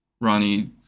Ronnie